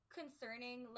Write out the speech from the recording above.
concerning